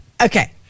Okay